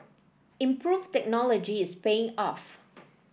improved technology is paying off